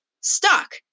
stuck